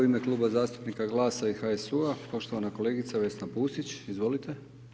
U ime Kluba zastupnika GLAS-a i HSU-a, poštovana kolegica Vesna Pusić, izvolite.